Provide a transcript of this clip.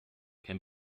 can